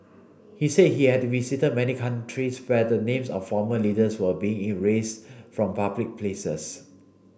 he said he had visited many countries where the names of former leaders were being erased from public places